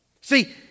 See